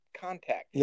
contact